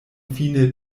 fine